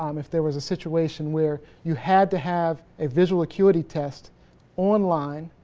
um if there was a situation where you had to have a visual acuity test online.